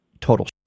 total